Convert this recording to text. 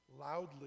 loudly